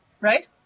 right